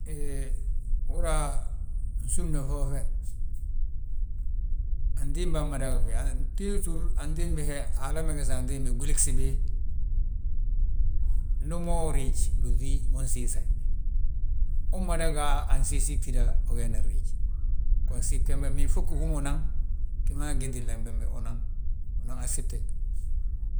Hee, uhúri yaa nsúmna foofe, antimba maa mmada wi ga. Túsur antimbi he, Haala megesin antimbi gwili gsibi. Ndi mo uriij blúŧi unsiisayi, umada ga a ginsiisi gtida, ugeenan riij. Gon gsib gembe, ilfogo hú ma unan naŋ giman gitlina bembe unaŋ, unan asete.